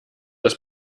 das